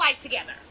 together